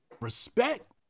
respect